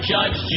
Judge